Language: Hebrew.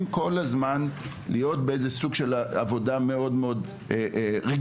כל הזמן להיות באיזה סוג של עבודה מאוד מאוד רגישה.